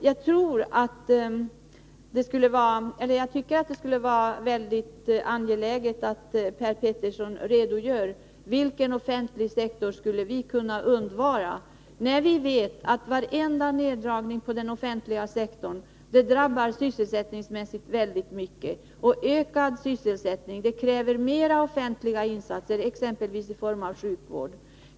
Jag tycker att det skulle vara väldigt Nr 143 angeläget att Per Petersson redogjorde för vilken del av den offentliga Tisdagen den sektorn vi skulle kunna undvara. Vi vet att varenda neddragning på den 10 maj 1983 offentliga sektorn drabbar väldigt många sysselsättningsmässigt. 'Okad arbetslöshet kräver mer offentliga insatser, exempelvis inom sjukvården.